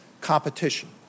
competition